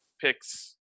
picks